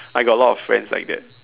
I got a lot of friends like that